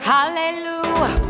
Hallelujah